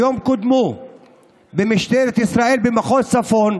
היום קודמו במשטרת ישראל, במחוז צפון,